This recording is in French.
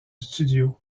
studio